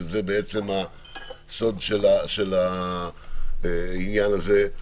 שזה בעצם הסוד של העניין הזה,